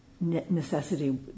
necessity